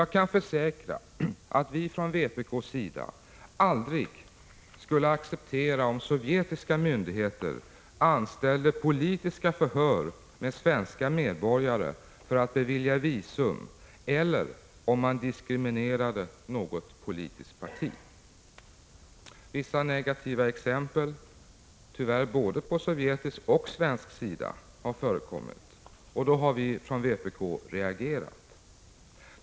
Jag kan försäkra att vi från vpk:s sida aldrig skulle acceptera om sovjetiska myndigheter anställde politiska förhör med svenska medborgare för att bevilja visum eller om man diskriminerade något politiskt parti. Vissa negativa exempel, både på sovjetisk och på svensk sida, har tyvärr förekommit, och då har vi från vpk reagerat.